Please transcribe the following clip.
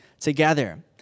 together